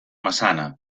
massana